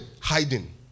hiding